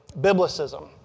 Biblicism